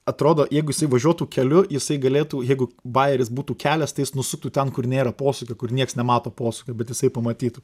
atrodo jeigu jisai važiuotų keliu jisai galėtų jeigu bajeris būtų kelias tai jis nusuktų ten kur nėra posūkio kur nieks nemato posūkio bet jisai pamatytų